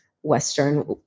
Western